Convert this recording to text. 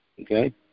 Okay